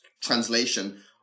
translation